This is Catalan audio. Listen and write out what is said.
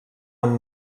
amb